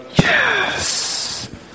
Yes